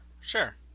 sure